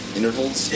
Intervals